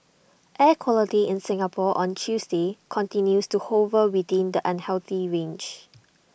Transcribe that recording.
air quality in Singapore on Tuesday continues to hover within the unhealthy range